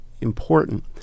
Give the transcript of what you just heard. important